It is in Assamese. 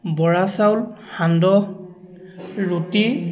বৰা চাউল সান্দহ ৰুটি